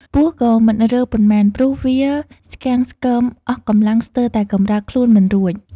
ពស់ក៏មិនរើប៉ុន្មានព្រោះវាស្គាំងស្គមអស់កំលាំងស្ទើរតែកំរើកខ្លួនមិនរួច ។